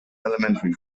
elementary